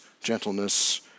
gentleness